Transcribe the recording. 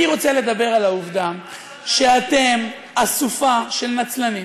אני רוצה לדבר על העובדה שאתם אסופה של נצלנים,